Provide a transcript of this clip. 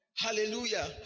Hallelujah